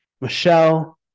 Michelle